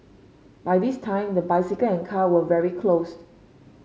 by this time the bicycle and car were very closed